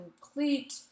complete